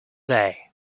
day